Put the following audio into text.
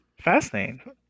Fascinating